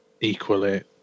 equally